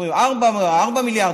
רואים 4 מיליארד,